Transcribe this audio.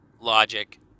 logic